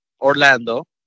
Orlando